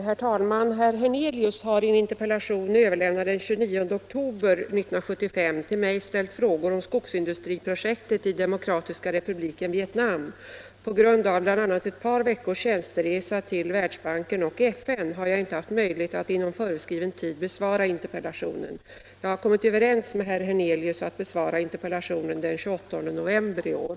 Herr talman! Herr Hernelius har i en interpellation, överlämnad den 29 oktober 1975, till mig ställt frågor om skogsindustriprojektet i Demokratiska republiken Vietnam. På grund av bl.a. ett par veckors tjänsteresa till Världsbanken och FN har jag inte haft möjlighet att inom föreskriven tid besvara interpellationen. Jag har kommit överens med herr Hernelius om att besvara interpellationen den 28 november i år.